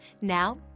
Now